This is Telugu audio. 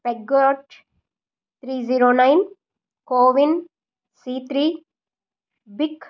పెగ్గాడ్జ్ త్రీ జీరో నైన్ కోవిన్ సీ త్రీ బిక్